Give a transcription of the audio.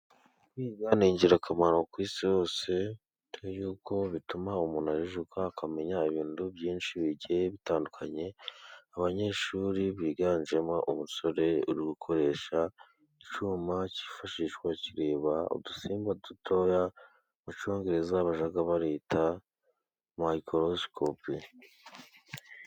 Kwiga ni ingirakamaro ku isi hose dore yuko bituma umuntu ajijuka akamenya ibintu byinshi bigiye bitandukanye, abanyeshuri biganjemo umusore uri gukoresha icyuma cyifashishwa kireba udusimba dutoya mu cyongereza bajya bita mikorosikopi.